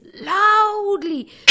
loudly